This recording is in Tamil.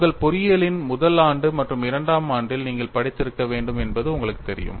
உங்கள் பொறியியலின் முதல் ஆண்டு அல்லது இரண்டாம் ஆண்டில் நீங்கள் படித்திருக்க வேண்டும் என்பது உங்களுக்குத் தெரியும்